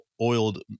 oiled